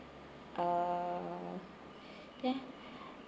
uh eh